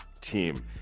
team